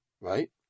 right